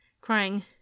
crying